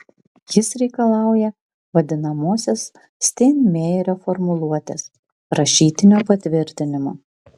jis reikalauja vadinamosios steinmeierio formuluotės rašytinio patvirtinimo